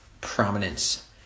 prominence